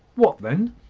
what then?